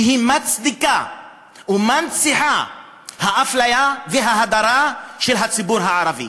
שמצדיקה ומנציחה את האפליה וההדרה של הציבור הערבי.